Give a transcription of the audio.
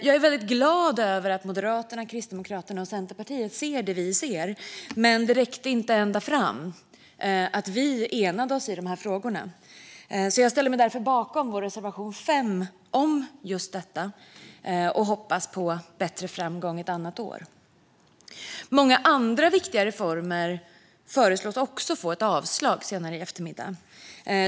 Jag är väldigt glad över att Moderaterna, Kristdemokraterna och Centerpartiet ser det vi ser, men det räckte inte ända fram även om vi var enade i de här frågorna. Jag yrkar därför bifall till vår reservation 5 om just detta och hoppas på bättre framgång ett annat år. Många andra viktiga reformer föreslås också bli avslagna vid voteringen senare i eftermiddag.